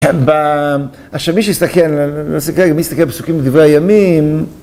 אשר מי שיסתכל, נסיכה גם להסתכל על פסוקים בדברי הימים